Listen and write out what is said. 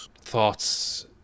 thoughts